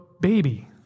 baby